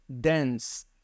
dense